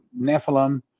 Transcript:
Nephilim